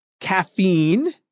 caffeine